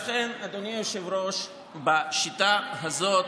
לכן, אדוני היושב-ראש, בשיטה הזאת